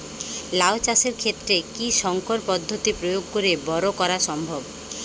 লাও চাষের ক্ষেত্রে কি সংকর পদ্ধতি প্রয়োগ করে বরো করা সম্ভব?